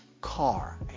car